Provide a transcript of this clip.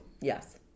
Yes